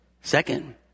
Second